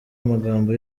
amagambo